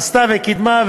עשתה וקידמה.